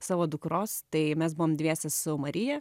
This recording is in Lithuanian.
savo dukros tai mes buvom dviese su marija